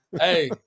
Hey